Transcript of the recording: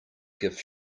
gift